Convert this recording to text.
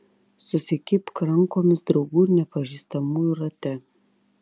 susikibk rankomis draugų ir nepažįstamųjų rate